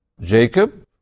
Jacob